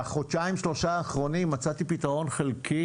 בחודשיים-שלושה האחרונים מצאתי פתרון חלקי